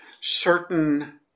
certain